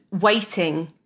waiting